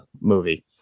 movie